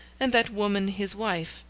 and that woman his wife,